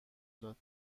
داد